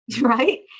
right